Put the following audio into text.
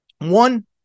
one